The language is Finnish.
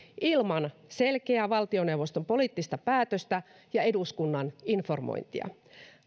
ilman selkeää valtioneuvoston poliittista päätöstä ja eduskunnan informointia